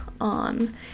on